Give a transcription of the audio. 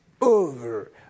over